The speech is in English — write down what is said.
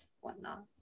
whatnot